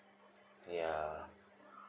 ya